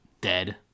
dead